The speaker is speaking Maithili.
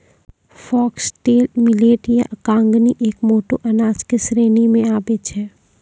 फॉक्सटेल मीलेट या कंगनी एक मोटो अनाज के श्रेणी मॅ आबै छै